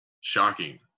shocking